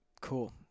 Cool